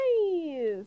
nice